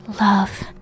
Love